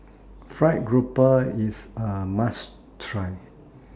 Fried Grouper IS A must Try